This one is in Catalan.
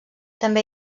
també